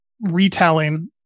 retelling